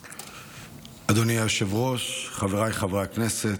אדוני היושב-ראש, חבריי חברי הכנסת,